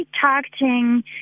targeting